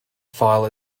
file